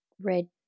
Red